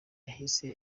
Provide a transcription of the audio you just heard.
yahise